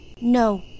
No